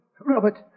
Robert